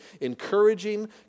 encouraging